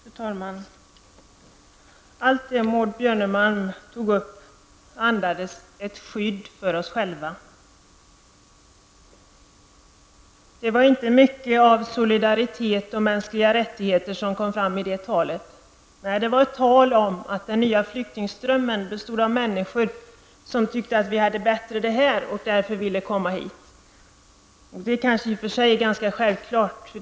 Fru talman! Allt det som Maud Björnmalm tog upp i sitt anförande andades ett skydd för oss själva. Det var inte mycket av solidaritet och mänskliga rättigheter som kom fram i det talet. Nej, det var ett tal om att den nya flyktingströmmen bestod av människor som tyckte att det var bättre i det här landet än i deras eget och därför ville komma hit. Det kan i och för sig tyckas som en självklarhet.